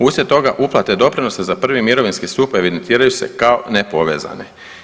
Uslijed toga uplate doprinosa za prvi mirovinski stup evidentiraju se kao nepovezane.